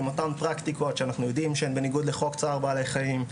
עם אותן הפרקטיקות שהן בניגוד לחוק צער בעלי חיים,